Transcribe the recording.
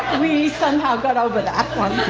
we somehow got over that one.